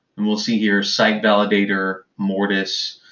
and we'll see here site validator, mortise,